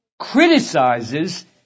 criticizes